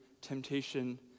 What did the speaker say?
temptation